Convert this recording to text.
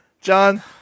John